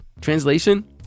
Translation